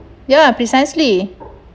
ya precisely